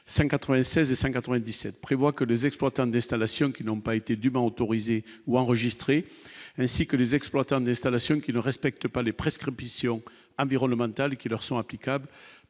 96 5 97 prévoit que les exploitants Destal Ascione qui n'ont pas été dûment autorisé ou enregistrer ainsi que les exploitants des stations qui ne respectent pas les prescriptions environnementales qui leur sont applicables